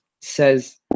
says